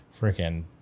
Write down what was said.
freaking